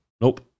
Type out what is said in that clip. Nope